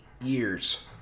years